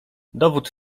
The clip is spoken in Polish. dowód